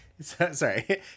Sorry